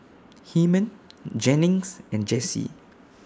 Hyman Jennings and Jessee